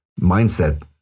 mindset